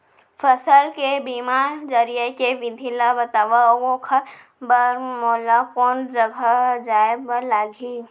फसल के बीमा जरिए के विधि ला बतावव अऊ ओखर बर मोला कोन जगह जाए बर लागही?